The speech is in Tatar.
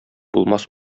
булмас